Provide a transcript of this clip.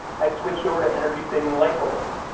i switched over to energy-saving light bulbs.